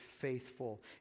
faithful